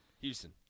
Houston